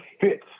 fits